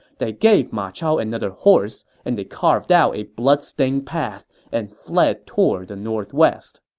they gave ma chao another horse, and they carved out a blood-stained path and fled toward the northwest